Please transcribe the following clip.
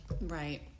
Right